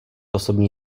osobní